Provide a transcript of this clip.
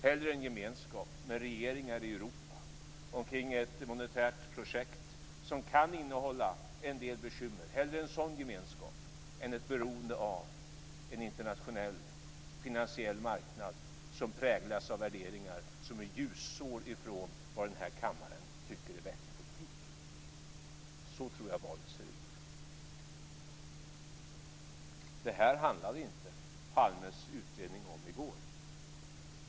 Hellre en gemenskap med regeringar i Europa kring ett monetärt projekt som kan innehålla en del bekymmer än ett beroende av en internationell finansiell marknad som präglas av värderingar som befinner sig ljusår ifrån vad den här kammaren tycker är vettig politik. Det här handlade inte Palmes rapport i går om.